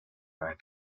might